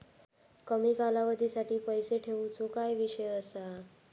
कमी कालावधीसाठी पैसे ठेऊचो काय विषय असा?